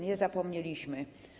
Nie zapomnieliśmy.